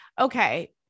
Okay